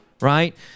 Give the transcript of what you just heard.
right